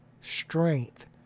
strength